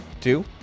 Two